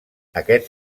aquest